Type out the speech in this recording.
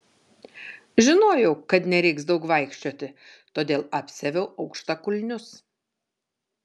žinojau kad nereiks daug vaikščioti todėl apsiaviau aukštakulnius